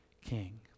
king